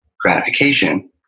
gratification